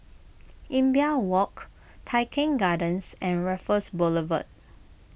Imbiah Walk Tai Keng Gardens and Raffles Boulevard